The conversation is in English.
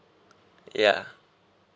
ya